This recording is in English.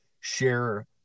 share